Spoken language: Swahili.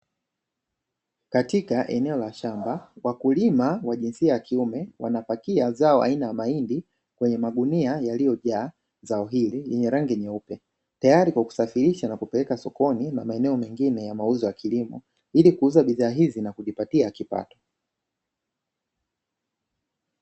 Katika eneo la shamba wakulima wa jinsia ya kiume wanapakia zao aina ya mahindi kwenye magunia yaliyojaa zao hili yenye rangi nyeupe, tayari kwa kusafirisha na kupeleka sokoni na maeneo mengine ya mauzo ya kilimo ili kuuza bidhaa hizi na kujipatia kipato.